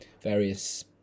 various